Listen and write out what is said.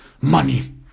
money